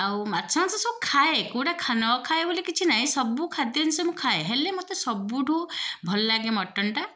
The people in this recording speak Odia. ଆଉ ମାଛ ମାଂସ ସବୁ ଖାଏ କେଉଁଟା ନ ଖାଏ ବୋଲି କିଛି ନାହିଁ ସବୁ ଖାଦ୍ୟ ଜିନିଷ ମୁଁ ଖାଏ ହେଲେ ମୋତେ ସବୁଠୁ ଭଲ ଲାଗେ ମଟନଟା